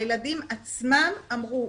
הילדים עצמם אמרו,